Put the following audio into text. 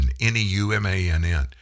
N-E-U-M-A-N-N